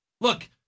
look